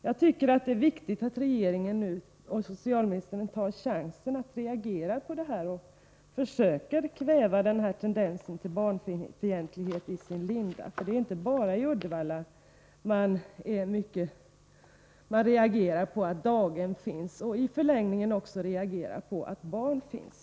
Jag tycker det är viktigt att socialministern och regeringen tar chansen att reagera mot och försöka kväva denna tendens till barnfientlighet i sin linda, för det är ju inte bara i Uddevalla man reagerar mot att daghem finns, och i förlängningen också mot att barn finns.